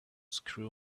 screw